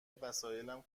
وسایلم